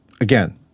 again